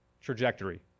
trajectory